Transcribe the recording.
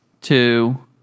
two